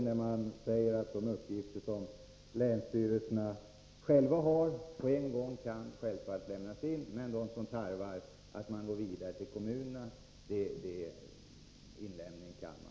I denna sägs att de uppgifter som länsstyrelserna själva har kan lämnas in på en gång, medan de kan avvakta med inlämningen av de uppgifter som tarvar att man går vidare till kommunerna.